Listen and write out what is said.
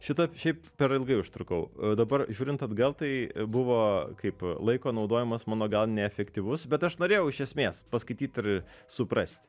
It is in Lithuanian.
šitą šiaip per ilgai užtrukau dabar žiūrint atgal tai buvo kaip laiko naudojimas mano gal neefektyvus bet aš norėjau iš esmės paskaityt ir suprast